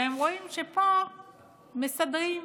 והם רואים שפה מסדרים.